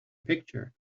picture